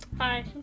Hi